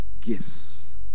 Gifts